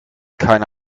keine